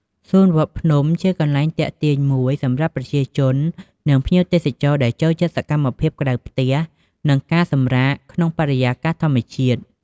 សួនវត្តភ្នំជាកន្លែងទាក់ទាញមួយសម្រាប់ប្រជាជន និងភ្ញៀវទេសចរដែលចូលចិត្តសកម្មភាពក្រៅផ្ទះ និងការសម្រាកក្នុងបរិយាកាសធម្មជាតិ។